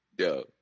Yo